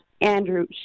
Andrew